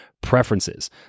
preferences